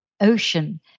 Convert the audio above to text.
ocean